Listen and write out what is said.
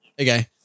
Okay